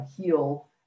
heal